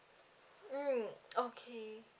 mm okay